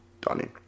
Donnie